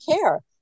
care